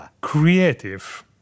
creative